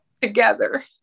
together